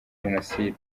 jenoside